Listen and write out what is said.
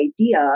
idea